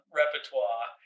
repertoire